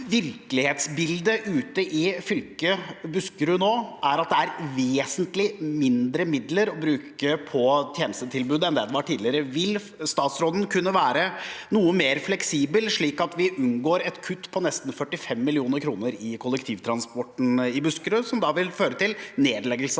virkelighetsbildet ute i fylket Buskerud nå er at det er vesentlig mindre midler å bruke på tjenestetilbud enn det var tidligere. Vil statsråden kunne være noe mer fleksibel, slik at vi unngår et kutt på nesten 45 mill. kr i kollektivtransporten i Buskerud, noe som vil føre til nedleggelse av